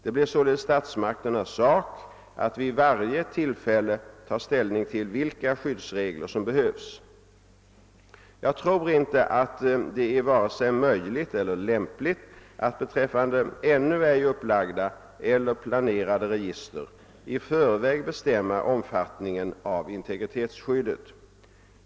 Det blir således statsmakternas sak att vid varje tillfälle ta ställning till vilka skyddsregler som behövs. Jag tror inte att det är vare sig möjligt eller lämpligt att beträffande ännu ej upplagda eller planerade register i förväg bestämma omfattningen av integritetsskyddet.